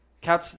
cats